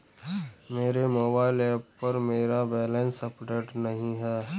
मेरे mobile app पर मेरा बैलेंस अपडेट नहीं है